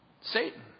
Satan